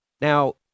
Now